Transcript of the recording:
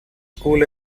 school